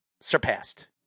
surpassed